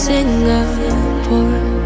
Singapore